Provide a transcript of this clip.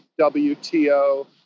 WTO